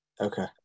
okay